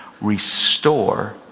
Restore